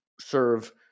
serve